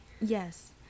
yes